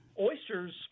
oysters